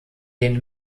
denen